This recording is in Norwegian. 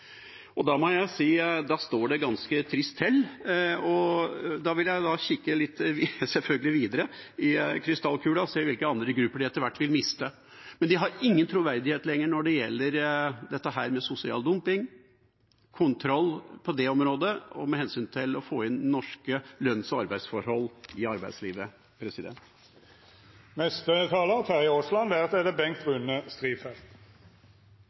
Da må jeg si at det står ganske trist til, og jeg vil kikke litt videre i krystallkula og se hvilke andre grupper de etter hvert vil miste. Men de har ingen troverdighet lenger når det gjelder sosial dumping og kontroll på det området, med hensyn til å få inn norske lønns- og arbeidsvilkår i arbeidslivet.